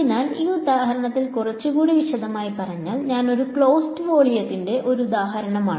അതിനാൽ ഈ ഉദാഹരണത്തിൽ കുറച്ചുകൂടി വിശദമായി പറഞ്ഞാൽ ഇത് ഒരു ക്ലോസ്ഡ് വോളിയത്തിന്റെ ഒരു ഉദാഹരണമാണ്